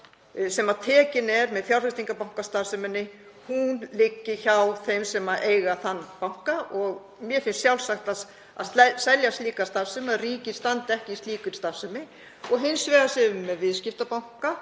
sem tekin er með fjárfestingarbankastarfsemi liggi hjá þeim sem eiga þann banka. Mér finnst sjálfsagt að selja slíka starfsemi, að ríkið standi ekki í slíkri starfsemi. Hins vegar séum með viðskiptabanka